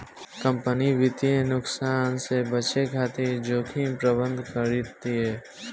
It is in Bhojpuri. कंपनी वित्तीय नुकसान से बचे खातिर जोखिम प्रबंधन करतिया